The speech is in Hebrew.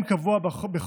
מזו,